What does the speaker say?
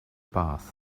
bath